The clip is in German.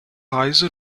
reise